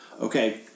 Okay